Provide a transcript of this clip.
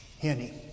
Henny